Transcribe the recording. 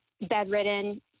bedridden